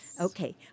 Okay